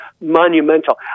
monumental